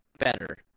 better